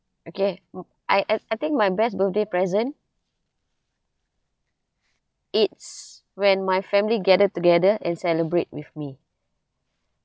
okay I I I think my best birthday present it's when my family gathered together and celebrate with me